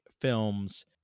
films